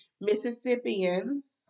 Mississippians